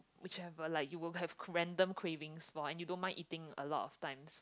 whichever like you will have random cravings for and you don't mind eating a lot of times